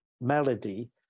melody